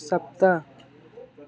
सप्त